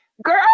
Girl